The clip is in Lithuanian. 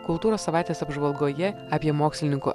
kultūros savaitės apžvalgoje apie mokslininkų